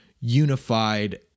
unified